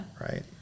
right